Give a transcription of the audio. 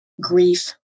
grief